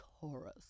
Taurus